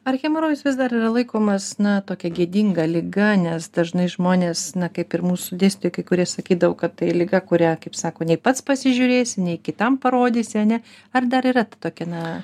ar hemorojus vis dar yra laikomas na tokia gėdinga liga nes dažnai žmonės kaip ir mūsų dėstytojai kai kurie sakydavo kad tai liga kurią kaip sako nei pats pasižiūrėsi nei kitam parodysi a ne ar dar yra tokia na